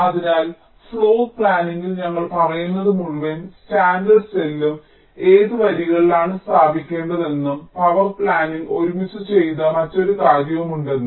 അതിനാൽ ഫ്ലോർ പ്ലാനിംഗിൽ ഞങ്ങൾ പറയുന്നത് മുഴുവൻ സ്റ്റാൻഡേർഡ് സെല്ലും ഏത് വരികളിലാണ് സ്ഥാപിക്കേണ്ടതെന്നും പവർ പ്ലാനിംഗ് ഒരുമിച്ച് ചെയ്ത മറ്റൊരു കാര്യവുമുണ്ടെന്നും